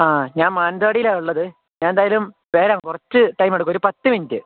ആ ഞാന് മാനന്തവാടിയിലാണുള്ളത് ഞാനെന്തായാലും വരാം കുറച്ച് ടൈമെടുക്കും ഒരു പത്ത് മിനിറ്റ്